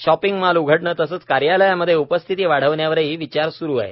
shopping mall उघडणं तसंच कार्यालयांमध्ये उपस्थिती वाढवण्यावरही विचार सुरू आहे